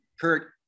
Kurt